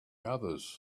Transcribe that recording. others